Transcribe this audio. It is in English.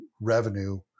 revenue